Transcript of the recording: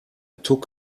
took